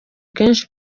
kenshi